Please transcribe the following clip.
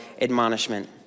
admonishment